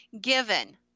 given